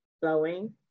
flowing